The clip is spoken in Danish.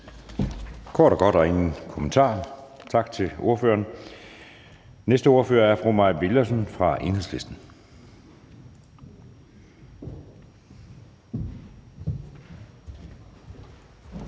kort og godt, og der er ingen kommentarer. Tak til ordføreren. Den næste ordfører er fru Mai Villadsen fra Enhedslisten.